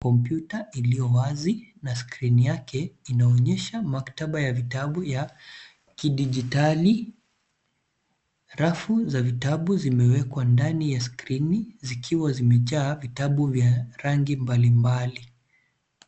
Kompyuta iliyowazi na skrini yake inaoonyesha maktaba ya vitabu ya kidijitali, rafu za vitabu zimewekwa ndani ya skrini zikiwa zimejaa vitabu vya rangi mbalimbali.